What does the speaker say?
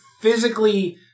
physically